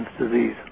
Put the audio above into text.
disease